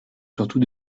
surtout